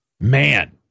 man